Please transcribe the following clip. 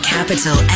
Capital